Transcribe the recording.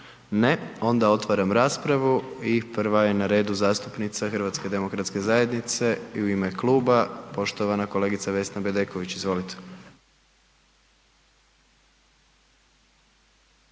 Ne, onda otvaram raspravu i prva je na redu zastupnica HDZ-a i u ime kluba poštovana kolegica Vesna Bedeković, izvolite.